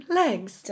legs